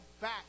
back